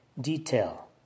detail